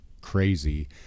crazy